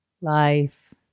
life